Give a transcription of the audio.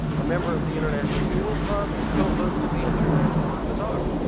a member of the international student club, and co-host of the international bazaar.